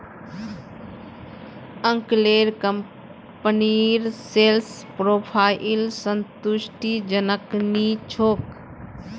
अंकलेर कंपनीर sales profile संतुष्टिजनक नी छोक